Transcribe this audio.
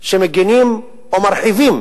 שמגינים או מרחיבים